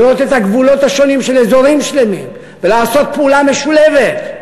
לראות את הגבולות השונים של אזורים שלמים ולעשות פעולה משולבת.